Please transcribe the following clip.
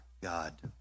God